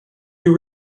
you